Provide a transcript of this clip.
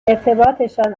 ارتباطشان